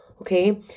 okay